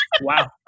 Wow